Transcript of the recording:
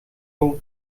vol